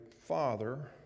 Father